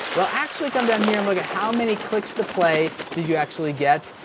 well actually come down here and look at how many clicks to play did you actually get,